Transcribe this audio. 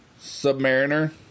Submariner